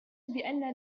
بأن